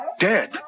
dead